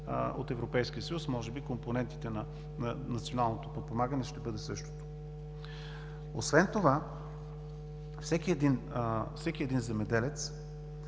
от Европейския съюз. Може би компонентите на националното подпомагане ще бъде същото. Освен това всеки един земеделец